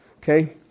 Okay